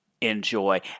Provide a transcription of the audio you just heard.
enjoy